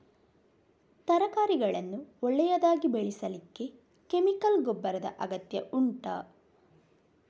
ತರಕಾರಿಗಳನ್ನು ಒಳ್ಳೆಯದಾಗಿ ಬೆಳೆಸಲಿಕ್ಕೆ ಕೆಮಿಕಲ್ ಗೊಬ್ಬರದ ಅಗತ್ಯ ಉಂಟಾ